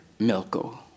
Milko